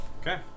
Okay